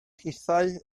hithau